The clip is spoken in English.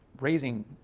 raising